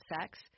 sex